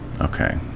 okay